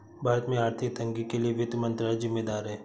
भारत में आर्थिक तंगी के लिए वित्त मंत्रालय ज़िम्मेदार है